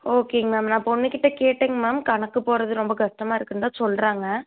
ஓகேங்க மேம் நான் பொண்ணுக்கிட்டே கேட்டேங்க மேம் கணக்கு போடுறது ரொம்ப கஷ்டமாக இருக்குதுந்தா சொல்கிறாங்க